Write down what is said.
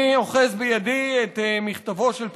אני אוחז בידי את מכתבו של פרופ'